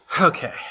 okay